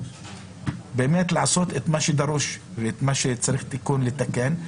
ובאמת לעשות את מה שדרוש ואת מה שצריך תיקון לתקן.